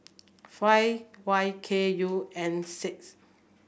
five Y K U N six